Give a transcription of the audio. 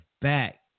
back